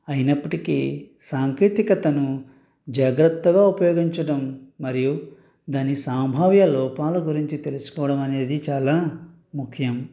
అయినప్పటికీ సాంకేతికతను జాగ్రత్తగా ఉపయోగించడం మరియు దాని సంభావ్య లోపాల గురించి తెలుసుకోవడం అనేది చాలా ముఖ్యం